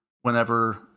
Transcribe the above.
whenever